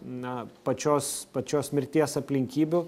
na pačios pačios mirties aplinkybių